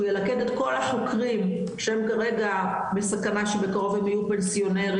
שהוא ילכד את כל החוקרים שהם כרגע בסכנה שבקרוב הם יהיו פנסיונרים